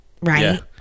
right